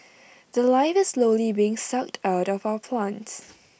The Life is slowly being sucked out of our plants